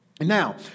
Now